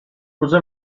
cosa